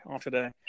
today